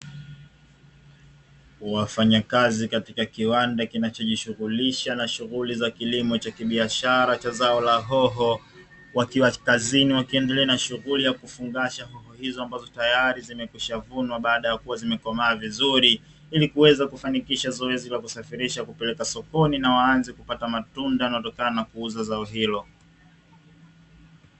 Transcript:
Wafanyakazi katika kiwanda kinachojishughulisha na shughuli za kilimo cha kibiashara cha zao la hoho wakiwa kazini wakiendelea na shughuli ya kufungasha hoho hizo ambazo tayari zimekwisha vunwa baada ya kuwa zimekomaa vizuri ili kuweza kufanikisha zoezi la kusafirisha kupeleka sokoni na waanze kupata matunda yanayotokana na kuuza zao hilo.